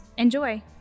Enjoy